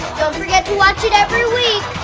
don't forget to watch it every week.